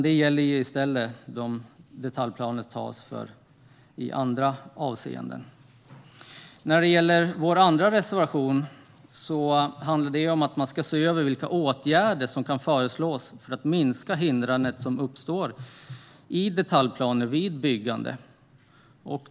Det gäller i stället beslut om andra detaljplaner. Vår andra reservation handlar om att se över vilka åtgärder som kan föreslås för att minska hindrandet som uppstår i detaljplaner vid byggande.